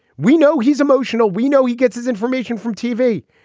we know he's emotional. we know he gets his information from tv.